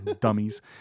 dummies